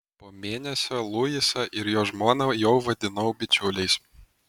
po mėnesio luisą ir jo žmoną jau vadinau bičiuliais